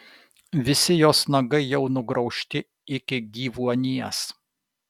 visi jos nagai jau nugraužti iki gyvuonies